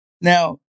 Now